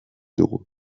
dugu